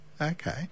okay